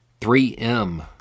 3M